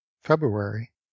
February